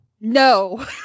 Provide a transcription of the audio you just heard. No